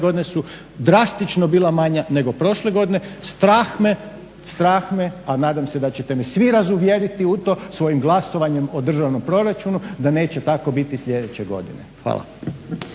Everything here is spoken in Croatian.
godine su drastično bila manja nego prošle godine. Strah me, a nadam se da ćete me svi razuvjeriti u to svojim glasovanjem o državnom proračunu da neće tako biti i sljedeće godine. Hvala.